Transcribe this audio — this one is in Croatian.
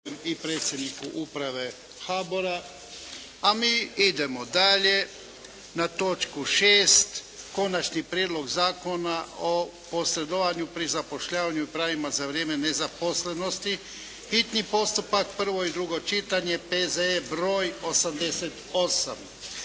**Jarnjak, Ivan (HDZ)** Mi idemo dalje na točku 6. - Konačni prijedlog Zakona o posredovanju pri zapošljavanju i pravima za vrijeme nezaposlenosti, hitni postupak, prvo i drugo čitanje, P.Z.E. br. 88